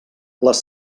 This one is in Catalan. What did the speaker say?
les